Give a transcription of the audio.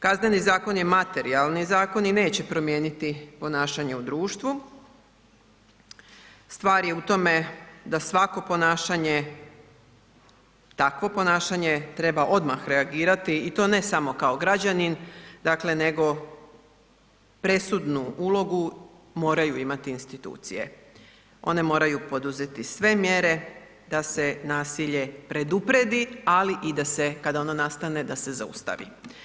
Kazneni zakon je materijalni zakon i neće promijeniti ponašanje u društvu, stvar je u tome da svako ponašanje, takvo ponašanje, treba odmah reagirati i to ne samo kao građanin, dakle nego presudnu ulogu moraju imati institucije, one moraju poduzeti sve mjere da se nasilje pred upredi, ali i da se, kada ono nastane, da se zaustavi.